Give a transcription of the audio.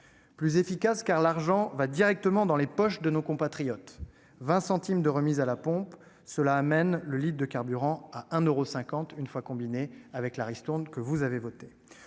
plus efficace, car l'argent va directement dans la poche de nos compatriotes : 20 centimes de remise à la pompe, cela amène le litre de carburant à 1,50 euro, une fois cette remise combinée avec la ristourne que vous avez votée.